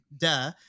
Duh